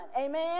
amen